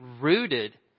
rooted